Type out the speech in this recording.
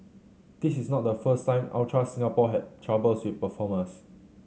this is not the first time Ultra Singapore had troubles with performers